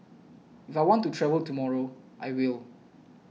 if I want to travel tomorrow I will